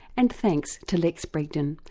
and thanks to lex brigden,